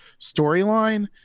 storyline